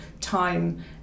time